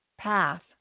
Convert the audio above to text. path